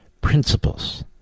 Principles